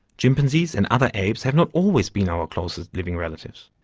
chimpanzees and other apes have not always been our closest living relatives.